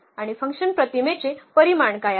आणि F प्रतिमेचे परिमाण काय आहे